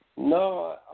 No